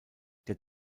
der